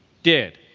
did.